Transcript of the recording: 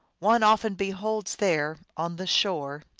one often beholds there, on the shore,